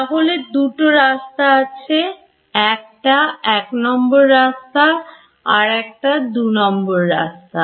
তাহলে দুটো রাস্তা আছে একটা এক নম্বর রাস্তা আর একটা দুনম্বর রাস্তা